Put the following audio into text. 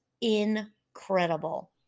incredible